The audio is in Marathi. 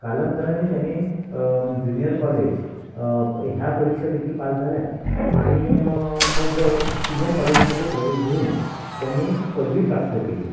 कालांतराने त्याने जूनियर कॉलेज ह्या परीक्षादेखील पास झाल्या आणि मग सीनियर कॉलेजमध्ये प्रवेश घेऊन त्याने पदवी प्राप्त केली